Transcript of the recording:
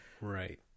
Right